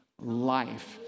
life